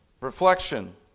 reflection